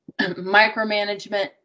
Micromanagement